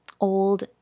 old